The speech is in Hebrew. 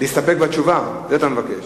נסתפק בתשובה, את זה אתה מבקש.